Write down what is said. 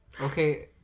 Okay